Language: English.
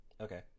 okay